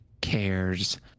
cares